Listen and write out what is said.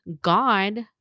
God